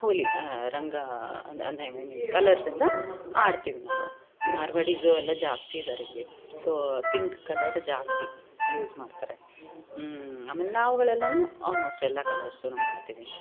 ಹೋಳಿ ರಂಗಾ ಕಲರ್ಸಿಂದ ಆಡ್ತೀವಿ ನಾವು ಮಾರ್ವಡಿಸು ಎಲ್ಲ ಜಾಸ್ತಿ ಇದಾರೆ ಇಲ್ಲಿ ಸೋ ಪಿಂಕ್ ಕಲರ್ ಜಾಸ್ತಿ ಯೂಸ್ ಮಾಡ್ತಾರೆ ಆಮೇಲೆ ನಾವುಗಳೆಲ್ಲ ಆಲ್ಮೋಸ್ಟ್ ಎಲ್ಲ ಕಲರ್ಸುನು ಮಾಡ್ತೀವಿ